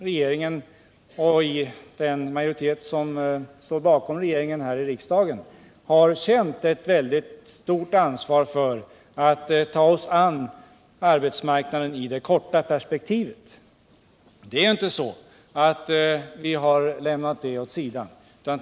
Regeringen och den majoritet som står bakom regeringen här i riksdagen har känt ett mycket stort ansvar för att hålla sysselsättningen uppe i det korta perspektivet. Vi har ju inte lämnat detta åt sidan.